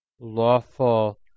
lawful